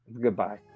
Goodbye